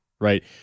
right